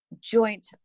joint